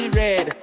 red